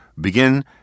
Begin